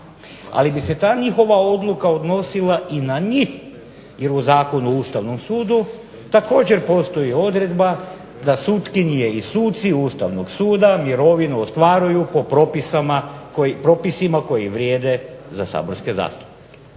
Ali bi se ta njihova odluka odnosila i na njih, jer u Zakonu o Ustavnom sudu također postoji odredba da sutkinje i suci Ustavnog suda mirovinu ostvaruju po propisima koji vrijede za saborske zastupnike.